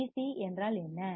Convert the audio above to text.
DC என்றால் என்ன